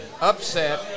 upset